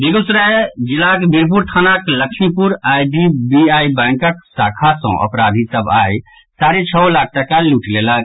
बेगूसराय जिलाक बीरपुर थानाक लक्ष्मीपुर आईडीबीआई बैंकक शाखा सॅ अपराधी सभ आइ साढ़े छओ लाख टाका लूटि लेलक